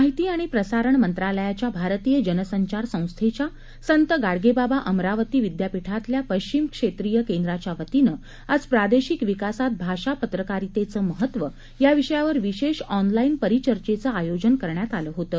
माहिती आणि प्रसारण मंत्रालयाच्या भारतीय जनसंचार संस्थेच्या संत गाडगे बाबा अमरावती विद्यापीठातल्या पश्चिम क्षेत्रीय केंद्राच्या वतीनं आज प्रादेशिक विकासात भाषा पत्रकारितेचे महत्व या विषयावर विशेष ऑनलाईन परिचर्चेचे आयोजन करण्यात आले होतं